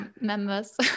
members